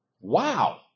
Wow